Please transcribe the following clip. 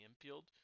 infield